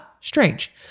Strange